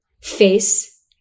face